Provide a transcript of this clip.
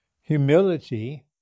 humility